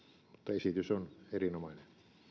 esitys on erinomainen